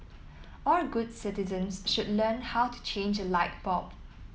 all good citizens should learn how to change light bulb